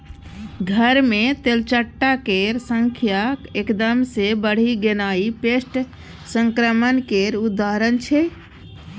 घर मे तेलचट्टा केर संख्या एकदम सँ बढ़ि गेनाइ पेस्ट संक्रमण केर उदाहरण छै